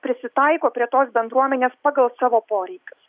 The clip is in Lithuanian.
prisitaiko prie tos bendruomenės pagal savo poreikius